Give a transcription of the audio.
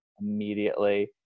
immediately